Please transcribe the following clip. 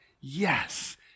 Yes